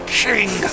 king